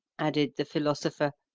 added the philosopher.